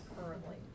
currently